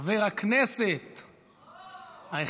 חברת הכנסת נורית קורן אינה נוכחת,